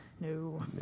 No